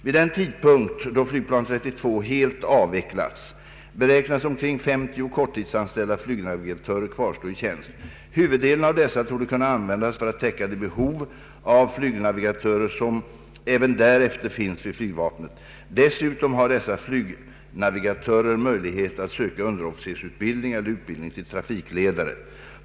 Vid den tidpunkt då flygplan 32 helt avvecklats beräknas omkring 50 korttidsanställda flygnavigatörer kvarstå i tjänst. Huvuddelen av dessa torde kunna användas för att täcka det behov av flygnavigatörer som även därefter finns vid flygvapnet. Dessutom har dessa flygnavigatörer möjlighet att söka underofficersutbildning eller utbildning till trafikledare.